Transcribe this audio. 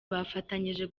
bafatanyije